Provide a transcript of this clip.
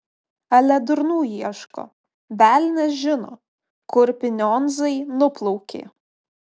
ale durnų ieško velnias žino kur pinionzai nuplaukė